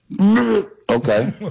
Okay